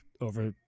over